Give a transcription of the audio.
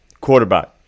quarterback